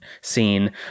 scene